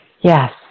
Yes